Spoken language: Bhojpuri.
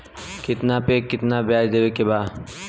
कितना पे कितना व्याज देवे के बा?